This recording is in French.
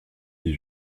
dix